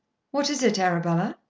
what is it, arabella?